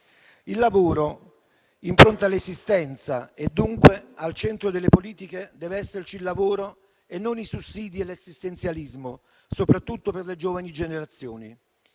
Il lavoro impronta l'esistenza e, dunque, al centro delle politiche deve esserci il lavoro e non i sussidi e l'assistenzialismo, soprattutto per le giovani generazioni.